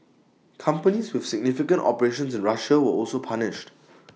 companies with significant operations in Russia were also punished